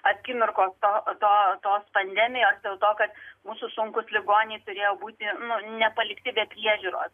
akimirkos to to tos pandemijos dėl to kad mūsų sunkūs ligoniai turėjo būti nu nepalikti be priežiūros